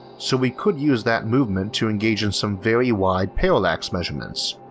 so we could use that movement to engage in some very wide parallax measurements.